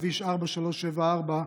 בכביש 4374,